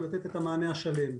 ולתת את המענה השלם.